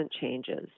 changes